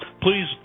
please